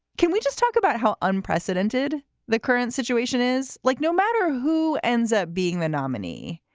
can we just talk about how unprecedented the current situation is? like no matter who ends up being the nominee,